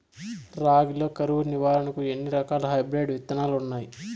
రాగి లో కరువు నివారణకు ఎన్ని రకాల హైబ్రిడ్ విత్తనాలు ఉన్నాయి